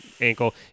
ankle